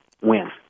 Win